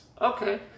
Okay